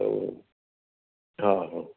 त उहो हा हा